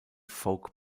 folk